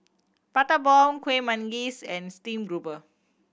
Prata Bomb Kuih Manggis and stream grouper